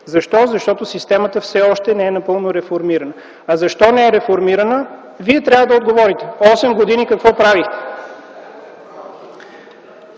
Защо? Защото системата все още не е напълно реформирана. Защо не е реформирана? Вие трябва да отговорите осем години какво правихте?!